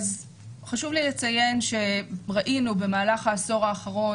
חשוב לי לציין שראינו במהלך העשור האחרון